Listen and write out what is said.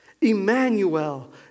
Emmanuel